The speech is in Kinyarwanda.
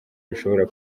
rushobora